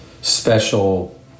special